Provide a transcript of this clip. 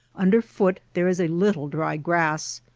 under foot there is a little dry grass,